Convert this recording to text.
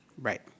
Right